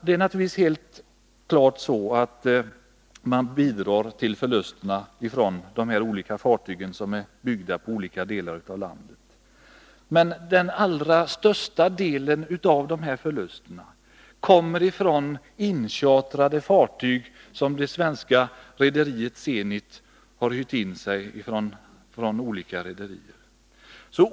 Det är helt klart att de fartyg som är byggda i olika delar av landet bidrar till förlusterna, men den största delen av förlusterna kommer från inchartrade fartyg, alltså fartyg som det statliga svenska rederiet Zenit har hyrt in från andra rederier.